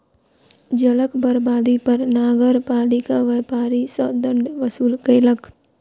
जलक बर्बादी पर नगरपालिका व्यापारी सॅ दंड वसूल केलक